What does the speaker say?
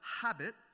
habit